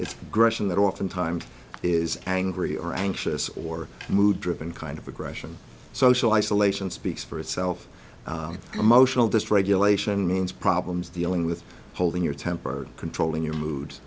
it's gresham that oftentimes is angry or anxious or mood driven kind of aggression social isolation speaks for itself emotional distress lation means problems dealing with holding your temper controlling your mood